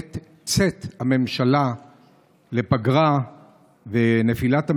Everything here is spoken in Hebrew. עת צאת הממשלה לפגרה ונפילת הממשלה,